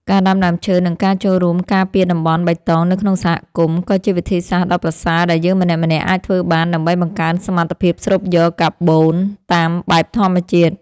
ការដាំដើមឈើ និងការចូលរួមការពារតំបន់បៃតងនៅក្នុងសហគមន៍ ក៏ជាវិធីសាស្ត្រដ៏ប្រសើរដែលយើងម្នាក់ៗអាចធ្វើបានដើម្បីបង្កើនសមត្ថភាពស្រូបយកកាបូនតាមបែបធម្មជាតិ។